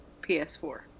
PS4